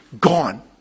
gone